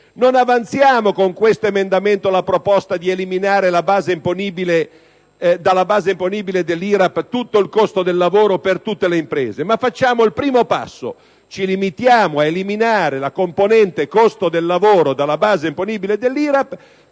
non avanziamo la proposta di eliminare dalla base imponibile dell'IRAP tutto il costo del lavoro per tutte le imprese, ma facciamo il primo passo: ci limitiamo ad eliminare la componente costo del lavoro dalla base imponibile dell'IRAP